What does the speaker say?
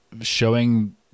showing